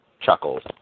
chuckles